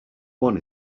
one